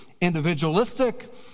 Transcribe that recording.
individualistic